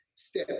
step